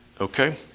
Okay